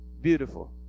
beautiful